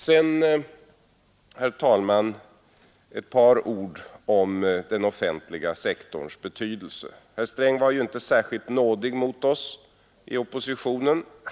Så, herr talman, ett par ord om den offentliga sektorns betydelse. Herr Sträng var ju inte särskilt nådig mot oss i oppositionen.